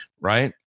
Right